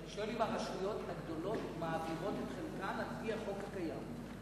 אני שואל אם הרשויות הגדולות מעבירות את חלקן על-פי החוק הקיים.